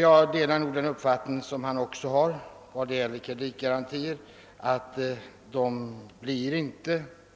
Jag delar även hans uppfattning när det gäller kreditgarantierna att dessa inte blir